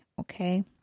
Okay